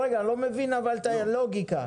רגע, אני לא מבין את הלוגיקה.